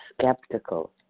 skeptical